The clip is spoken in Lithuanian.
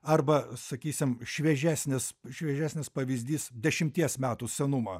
arba sakysim šviežesnis šviežesnis pavyzdys dešimties metų senumo